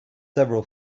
several